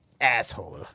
asshole